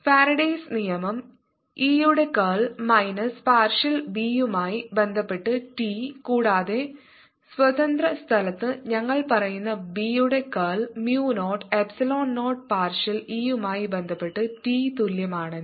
Faraday's Faradays' നിയമം ഇയുടെ curl minus partial B യുമായി ബന്ധപ്പെട്ട് ടി കൂടാതെ സ്വതന്ത്ര സ്ഥലത്ത് ഞങ്ങൾ പറയുന്നു ബി യുടെ curl mu 0 epsilon 0 partial E യുമായി ബന്ധപ്പെട്ട് ടി തുല്യമാണെന്ന്